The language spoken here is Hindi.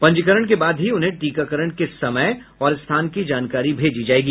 पंजीकरण के बाद ही उन्हें टीकाकरण के समय और स्थान की जानकारी भेजी जाएगी